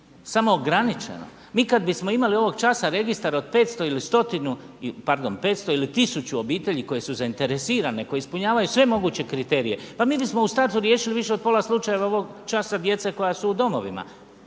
samo ograničeno. Mi kad bi smo imali ovog časa registar od 500 ili 1.000 obitelji koje su zainteresirane koje ispunjavaju sve moguće kriterije, pa mi bi smo u startu riješili više od pola slučajeve časa djece koja su u domovima.